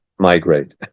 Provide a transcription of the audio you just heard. Migrate